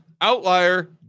Outlier